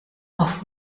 auf